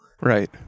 Right